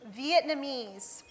Vietnamese